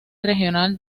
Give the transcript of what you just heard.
regional